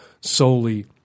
solely